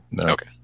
Okay